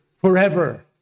forever